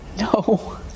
No